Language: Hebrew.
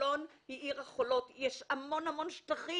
חולון היא עיר החולות, יש המון המון שטחים.